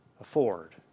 afford